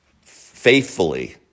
faithfully